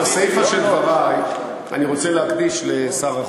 את הסיפה של דברי אני רוצה להקדיש לשר החוץ.